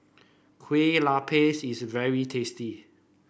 Kueh Lapis is very tasty